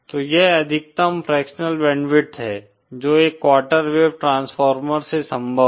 तो यह अधिकतम फ्रैक्शनल बैंडविड्थ है जो एक क्वार्टर वेव ट्रांसफार्मर से संभव है